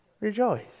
rejoice